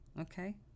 Okay